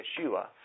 Yeshua